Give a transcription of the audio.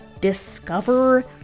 discover